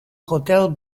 hotel